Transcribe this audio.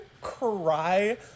cry